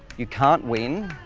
you can't win.